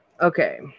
Okay